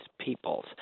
peoples